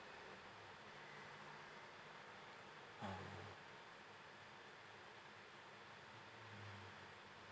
ah